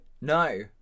No